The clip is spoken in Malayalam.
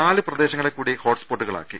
നാലു പ്രദേശങ്ങളെ കൂടി ഹോട്ട്സ്പോട്ടുകളാക്കി